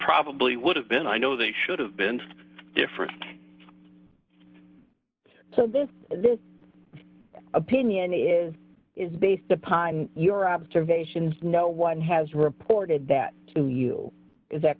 probably would have been i know they should have been different so this this opinion is is based upon your observations no one has reported that to you is that